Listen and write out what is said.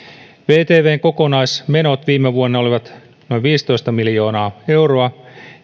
vtvn kokonaismenot viime vuonna olivat noin viisitoista miljoonaa euroa